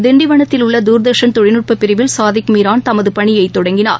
திண்டிவனத்தில் உள்ள தூர்தர்ஷன்தொழில்நுட்பபிரிவில் சாதிக் மீரான் தமதுபணியைத் தொடங்கினார்